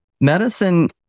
medicine